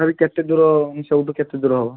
ତଥାପି କେତେ ଦୂର ସେଇଠୁ କେତେ ଦୂର ହେବ